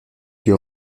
lieu